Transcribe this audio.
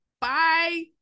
Bye